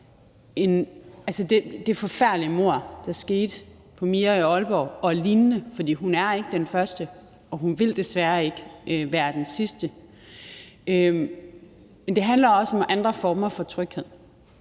det forfærdelige mord, der skete på Mia i Aalborg, og forhindre noget lignende, for hun er ikke den første, og hun vil desværre ikke være den sidste. Men det handler også om andre former for tryghed.